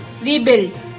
rebuild